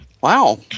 Wow